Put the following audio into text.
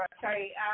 sorry